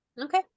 okay